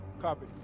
copy